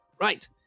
Right